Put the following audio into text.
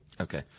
Okay